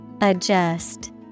Adjust